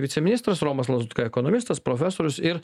viceministras romas lazutka ekonomistas profesorius ir